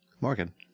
Morgan